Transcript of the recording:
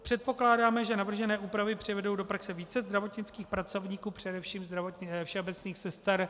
Předpokládáme, že navržené úpravy přivedou do praxe více zdravotnických pracovníků, především všeobecných sester.